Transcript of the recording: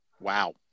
wow